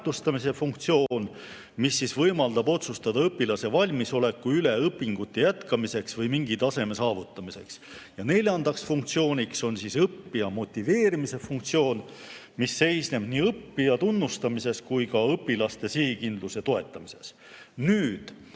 funktsioon, mis võimaldab otsustada õpilase valmisoleku üle õpingute jätkamiseks või mingi taseme saavutamiseks. Neljas funktsioon on õppija motiveerimise funktsioon, mis seisneb nii õppija tunnustamises kui ka õpilase sihikindluse toetamises. Lävendi